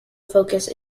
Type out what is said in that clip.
focus